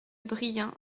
briens